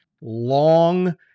long